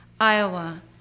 Iowa